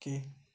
okay